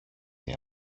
για